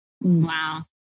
Wow